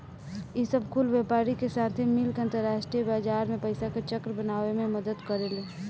ई सब कुल व्यापारी के साथे मिल के अंतरास्ट्रीय बाजार मे पइसा के चक्र बनावे मे मदद करेलेन